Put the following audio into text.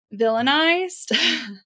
villainized